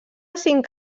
cinc